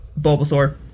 Bulbasaur